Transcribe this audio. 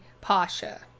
Pasha